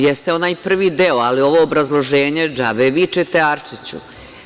Jeste onaj prvi deo, ali ovo obrazloženje džabe vičete, Arsiću.